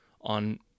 on